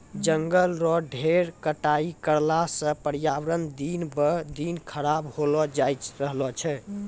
जंगल रो ढेर कटाई करला सॅ पर्यावरण दिन ब दिन खराब होलो जाय रहलो छै